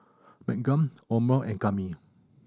Meaghan Omer and Kami